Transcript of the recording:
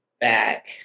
back